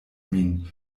min